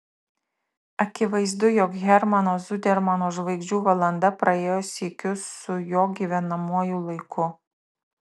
akivaizdu jog hermano zudermano žvaigždžių valanda praėjo sykiu su jo gyvenamuoju laiku